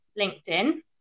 LinkedIn